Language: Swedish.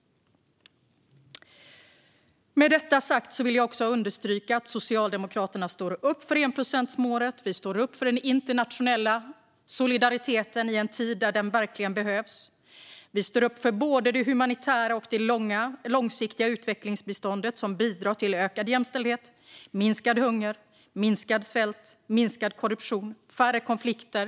Med detta sagt vill jag också understryka att Socialdemokraterna står upp för enprocentsmålet och för den internationella solidariteten i en tid då den verkligen behövs. Vi står upp för både det humanitära och det långsiktiga utvecklingsbiståndet som bidrar till ökad jämställdhet, minskad hunger, minskad svält, minskad korruption och färre konflikter.